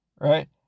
right